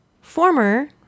former